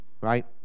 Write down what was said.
right